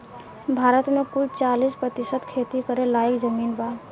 भारत मे कुल चालीस प्रतिशत खेती करे लायक जमीन बा